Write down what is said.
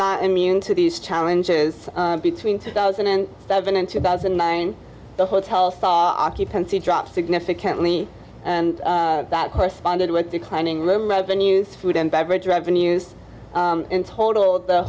not immune to these challenges between two thousand and seven and two thousand and nine the hotel thaw occupancy drop significantly and that corresponded with declining room revenues food and beverage revenues in total